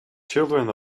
children